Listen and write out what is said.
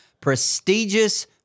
prestigious